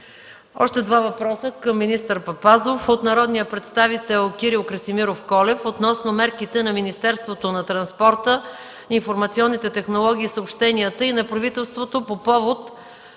Още два въпроса към министър Папазов: от народния представител Кирил Красимиров Колев – относно мерките на Министерството на транспорта, информационните технологии и съобщенията и на правителството по повод